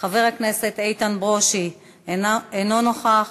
חבר הכנסת איתן ברושי, אינו נוכח.